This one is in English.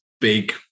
big